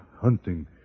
hunting